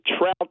Trout